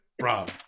Rob